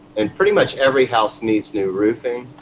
and pretty much every house needs new roofing.